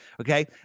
Okay